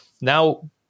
Now